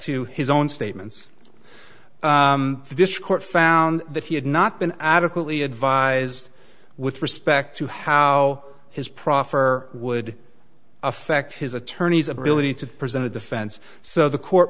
to his own statements this court found that he had not been adequately advised with respect to how his proffer would affect his attorney's ability to present a defense so the court